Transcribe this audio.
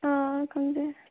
ꯑꯥ ꯈꯪꯖꯩ